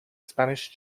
spanish